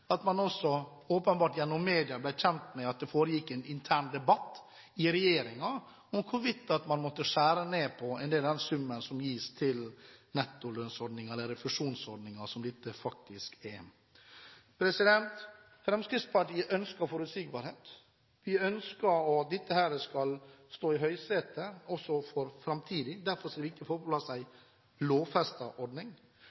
gjennom media ble kjent med at det foregikk en intern debatt i regjeringen om hvorvidt man måtte skjære ned på en del av den summen som gis til nettolønnsordningen, eller refusjonsordningen, som dette faktisk er. Fremskrittspartiet ønsker forutsigbarhet. Vi ønsker at dette skal settes i høysetet også i framtiden. Derfor er det viktig å få på plass